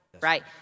right